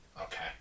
Okay